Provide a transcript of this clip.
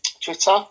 twitter